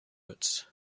woods